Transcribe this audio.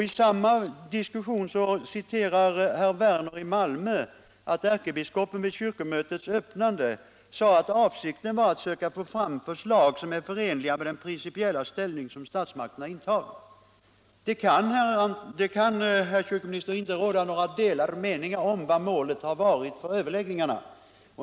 I samma diskussion citerade herr Werner i Malmö ärkebiskopen som vid kyrkomötets öppnande skulle ha sagt att avsikten var att ”söka få fram förslag som är förenliga med den principiella ställning som statsmakterna intagit”. Det kan, herr kyrkominister, inte råda några delade meningar om vad målet har varit för överläggningarna.